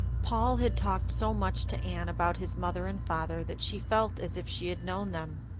paul had talked so much to anne about his mother and father that she felt as if she had known them.